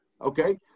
Okay